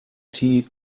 tea